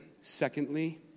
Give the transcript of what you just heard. secondly